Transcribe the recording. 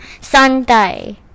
Sunday